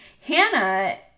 Hannah